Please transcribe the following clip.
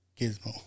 Gizmo